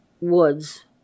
woods